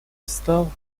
встал